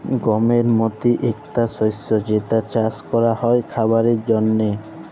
গমের মতি একটা শস্য যেটা চাস ক্যরা হ্যয় খাবারের জন্হে